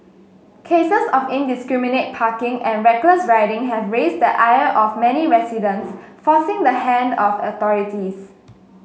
cases of indiscriminate parking and reckless riding have raised the ire of many residents forcing the hand of authorities